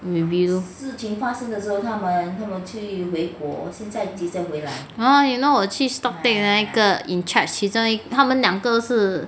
maybe lor hor you know 我去 stock take 那一个 in charge 其中一他们两个都是